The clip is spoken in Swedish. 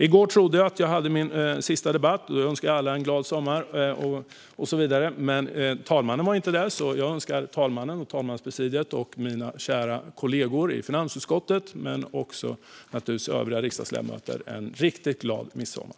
I går trodde jag att jag deltog i min sista debatt, och jag önskade alla en glad sommar och så vidare. Herr talmannen var dock inte där då, så jag passar på att önska talmannen, talmanspresidiet, mina kära kollegor i finansutskottet och naturligtvis även övriga riksdagsledamöter en riktigt glad midsommar.